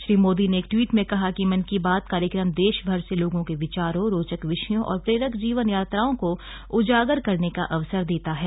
श्री मोदी ने एक ट्वीट में कहा कि मन की बात कार्यक्रम देशभर से लोगों के विचारों रोचक विषयों और प्रेरक जीवन यात्राओं को उजागर करने का अवसर देता है